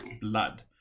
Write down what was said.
blood